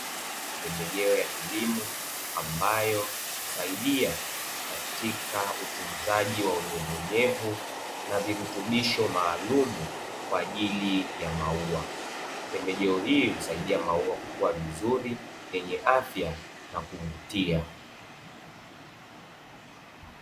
Pembejeo ya kilimo ambayo husaidia katika utunzaji wa unyevu nyevu na virutubisho maalumu kwa ajili ya maua. Pembejeo hii husaidia maua kukua vizuri, yenye afya na kuvutia.